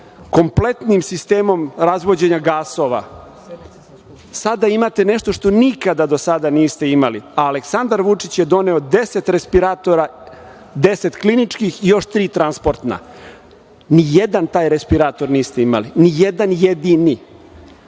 kompletnim sistemom razvođenja gasova. Sada imate nešto što nikada do sada niste imali. Aleksandar Vučić je doneo 10 respiratora, 10 kliničkih i još tri transportna. Ni jedan taj respirator niste imali, ni jedan jedini. Kako